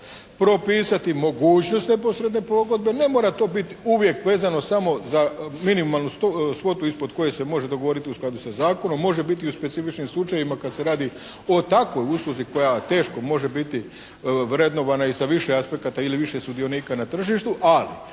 propisati mogućnost neposredne pogodbe, ne mora to biti uvijek vezano samo za minimalnu svotu ispod koje se može dogovoriti u skladu sa zakonom, može biti i u specifičnim slučajevima kad se radi o takvoj usluzi koja teško može biti vrednovana i sa više aspekata ili više sudionika na tržištu, ali